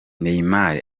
neymar